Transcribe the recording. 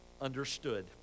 understood